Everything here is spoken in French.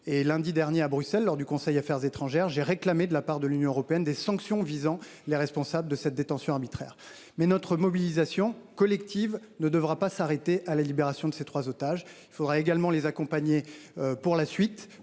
lundi dernier, à Bruxelles, lors du conseil Affaires étrangères, j’ai réclamé que l’Union européenne prenne des sanctions visant les responsables de ces détentions arbitraires. Notre mobilisation collective ne devra pas s’arrêter à la libération de ces trois otages. Il faudra également les accompagner par la suite.